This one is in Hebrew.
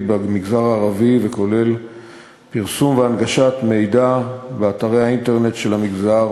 במגזר הערבי וכולל פרסום והנגשת מידע באתרי האינטרנט של המגזר,